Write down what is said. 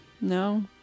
No